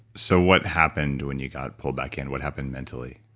so what happened when you got pulled back in? what happened mentally?